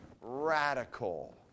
radical